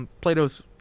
Plato's